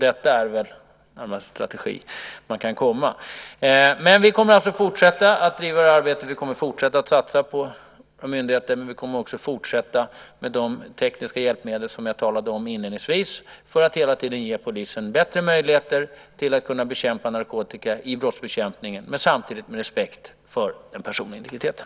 Det är väl det närmaste en strategi man kan komma. Men vi kommer att fortsätta driva detta arbete. Vi kommer att fortsätta satsa på myndigheter. Vi kommer också att fortsätta med de tekniska hjälpmedel som jag talade om inledningsvis för att hela tiden ge polisen bättre möjligheter att kunna komma åt narkotikan i brottsbekämpning men samtidigt ha respekt för den personliga integriteten.